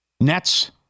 Nets